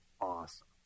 awesome